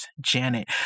janet